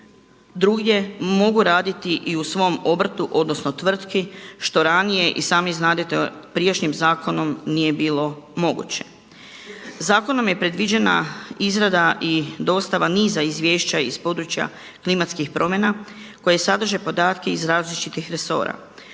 drugdje mogu raditi i u svom obrtu odnosno tvrtki što ranije i sami znadete prijašnjim zakonom nije bilo moguće. Zakonom je predviđena izrada i dostava niza izvješća iz područja klimatskih promjena koje sadrže podatke iz različitih resora.